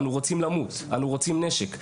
אנו רוצים למות, אנו רוצים נשק.